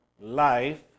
life